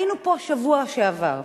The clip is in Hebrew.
היינו פה בשבוע שעבר,